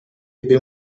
ebbe